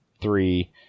three